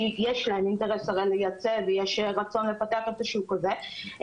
יש להם אינטרס לייצא ויש רצון לפתח את השוק הזה,